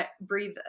breathe